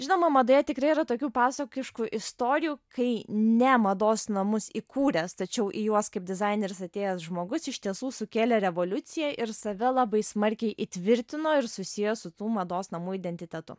žinoma madoje tikrai yra tokių pasakiškų istorijų kai ne mados namus įkūręs tačiau į juos kaip dizaineris atėjęs žmogus iš tiesų sukėlė revoliuciją ir save labai smarkiai įtvirtino ir susiejo su tų mados namų identitetu